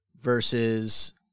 versus